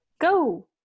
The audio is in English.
go